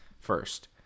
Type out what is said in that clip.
first